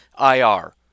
IR